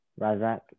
Razak